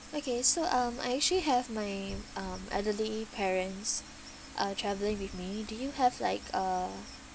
okay so um I actually have my um elderly parents uh travelling with me do you have like a